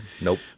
Nope